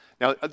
Now